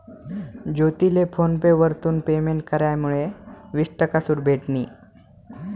ज्योतीले phone pay वरथून payment करामुये वीस टक्का सूट भेटनी